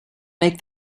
make